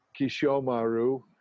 Kishomaru